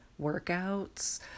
workouts